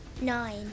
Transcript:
Nine